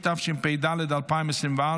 התשפ"ד 2024,